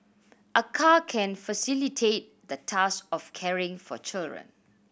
a car can facilitate the task of caring for children